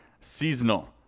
seasonal